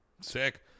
sick